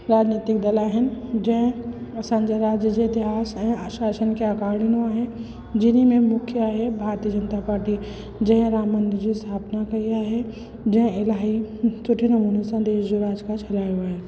राजनितिक दल आहिनि जंहिं असांजे राज्य जे इतिहास ऐं अश्वासन खे आकार ॾिनो आहे जिन में मुख्य आहे भारतीय जन्ता पार्टी जंहिं राम मंदर जी स्थापना कई आहे जंहिं इलाही सुठे नमूने सां देश जो राज काज हलायो आहे